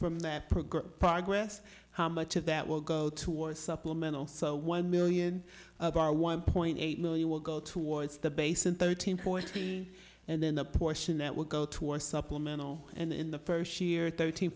from that program progress how much of that will go to war supplemental so one million of our one point eight million will go towards the base and thirteen point three and then the portion that will go to war supplemental and in the pershing year thirteen